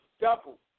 double